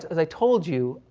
as i told you,